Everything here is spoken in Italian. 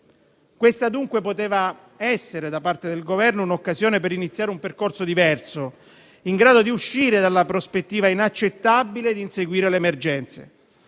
Questa, dunque, poteva essere, da parte del Governo, l'occasione per iniziare un percorso diverso, in grado di uscire dalla prospettiva inaccettabile di inseguire le emergenze,